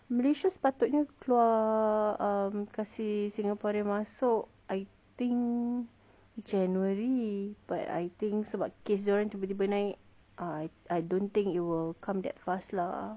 malaysia sepatutnya kasih singaporean masuk I think january but I think sebab case dia orang tiba-tiba naik I don't think it will come that fast lah